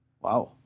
Wow